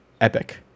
epic